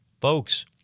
folks